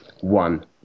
One